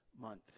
month